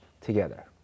together